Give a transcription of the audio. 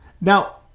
Now